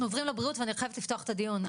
אנחנו עוברים לבריאות ואני ממש חייבת לפתוח את הדיון.